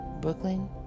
Brooklyn